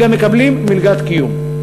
וגם מקבלים מלגת קיום.